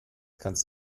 kannst